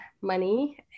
money